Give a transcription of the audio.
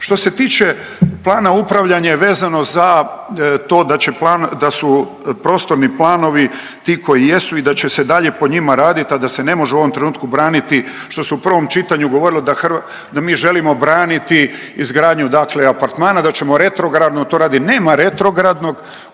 Što se tiče plana upravljanja vezano za to da će da su prostorni planovi ti koji jesu i da će se dalje po njima radit, a da se ne može u ovom trenutku braniti što se u prvom čitanju govorili da mi želimo braniti izgradnju apartmana, da ćemo retrogradno to radi, nema retrogradnog